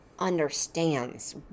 understands